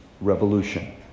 Revolution